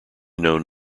known